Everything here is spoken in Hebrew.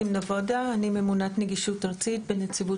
יו"ר נגישות